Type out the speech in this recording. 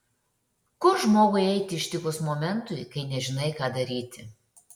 kur žmogui eiti ištikus momentui kai nežinai ką daryti